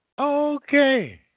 Okay